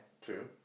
true